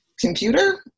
computer